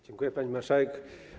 Dziękuję, pani marszałek.